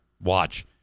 Watch